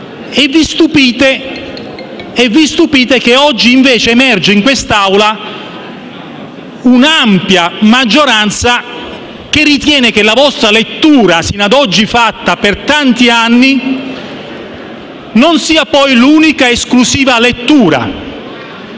Vi stupite che oggi invece emerga in quest'Aula un'ampia maggioranza che ritiene che la vostra lettura, portata avanti per tanti anni, non sia poi l'unica ed esclusiva esistente.